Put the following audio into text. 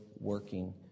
working